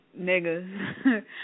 Niggas